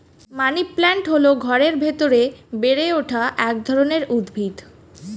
money plant হল ঘরের ভেতরে বেড়ে ওঠা এক ধরনের উদ্ভিদ